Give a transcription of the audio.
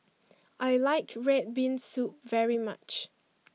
I like red bean soup very much